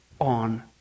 on